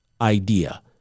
idea